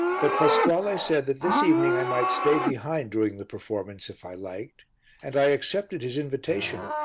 but pasquale said that this evening i might stay behind during the performance if i liked and i accepted his invitation,